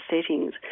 settings